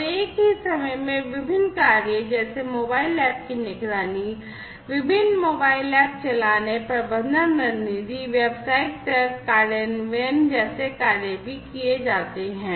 और एक ही समय में विभिन्न कार्य जैसे मोबाइल ऐप की निगरानी विभिन्न मोबाइल ऐप चलाने प्रबंधन रणनीति व्यावसायिक तर्क कार्यान्वयन जैसे कार्य भी किए जाते हैं